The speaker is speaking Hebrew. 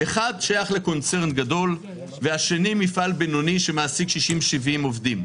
אחד ששייך לקונצרן גדול והשני מפעל בינוני שמעסיק 60 70 עובדים.